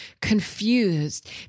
confused